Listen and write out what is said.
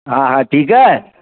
हा हा ठीकु आहे